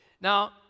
Now